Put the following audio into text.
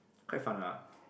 quite fun lah